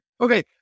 Okay